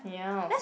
yes